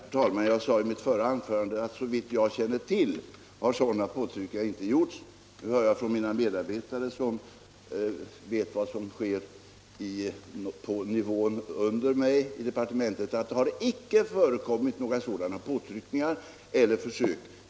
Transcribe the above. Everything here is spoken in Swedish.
Herr talman! Jag sade i mitt förra anförande att såvitt jag känner till har sådana påtryckningar inte gjorts. Nu hör jag från mina medarbetare, som vet vad som sker i nivån under mig i departementet, att det icke har förekommit några sådana påtryckningar eller försök.